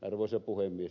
arvoisa puhemies